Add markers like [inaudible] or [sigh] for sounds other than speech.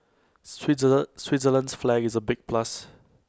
[unintelligible] Switzerland's flag is A big plus